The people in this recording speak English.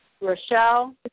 Rochelle